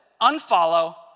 unfollow